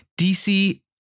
DC